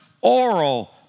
oral